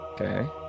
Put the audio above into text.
Okay